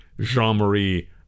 Jean-Marie